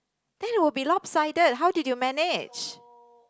then will be lopsided how did you manage